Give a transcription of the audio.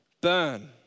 burn